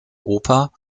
oper